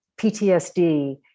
PTSD